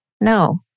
No